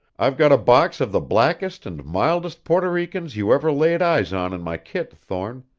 i've got a box of the blackest and mildest porto ricans you ever laid eyes on in my kit, thorne,